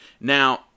Now